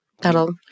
That'll